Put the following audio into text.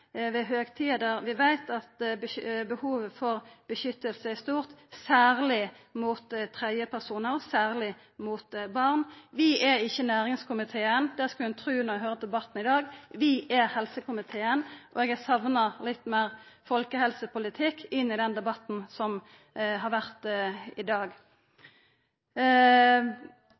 ved høgtid der vi veit at behovet for beskyttelse er stort, særleg gjeld dette tredjeperson, og særleg barn. Vi er ikkje næringskomiteen, det skulle ein tru når ein høyrer debatten i dag. Vi er helsekomiteen, og eg har sakna litt meir folkehelsepolitikk i den debatten som har vore i dag.